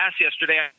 yesterday